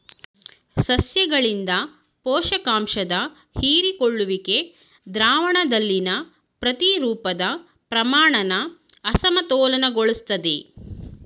ಸಸ್ಯಗಳಿಂದ ಪೋಷಕಾಂಶದ ಹೀರಿಕೊಳ್ಳುವಿಕೆ ದ್ರಾವಣದಲ್ಲಿನ ಪ್ರತಿರೂಪದ ಪ್ರಮಾಣನ ಅಸಮತೋಲನಗೊಳಿಸ್ತದೆ